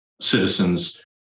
citizens